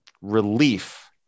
relief